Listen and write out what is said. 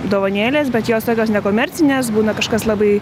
dovanėlės bet jos tokios nekomercinės būna kažkas labai